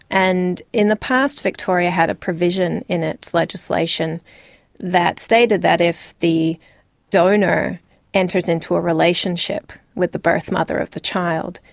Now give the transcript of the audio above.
and in the past, victoria had a provision in its legislation that stated that if the donor enters into a relationship with the birth mother of the child,